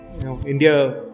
India